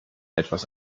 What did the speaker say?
etwas